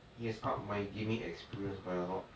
it has up my gaming experience by a lot